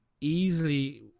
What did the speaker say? easily